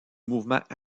mouvement